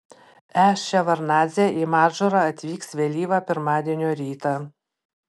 e ševardnadzė į madžūrą atvyks vėlyvą pirmadienio rytą